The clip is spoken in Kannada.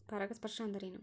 ಪರಾಗಸ್ಪರ್ಶ ಅಂದರೇನು?